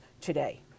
today